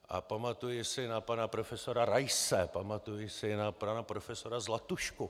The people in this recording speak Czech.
A pamatuji si na pana profesora Raise, pamatuji si na pana profesora Zlatušku.